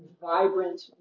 vibrant